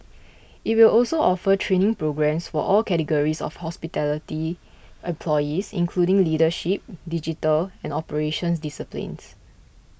it will also offer training programmes for all categories of hospitality employees including leadership digital and operations disciplines